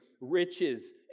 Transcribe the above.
riches